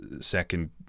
second